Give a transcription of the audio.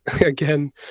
again